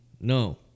No